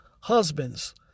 husbands